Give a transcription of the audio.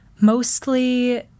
mostly